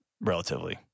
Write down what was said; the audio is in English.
relatively